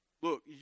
Look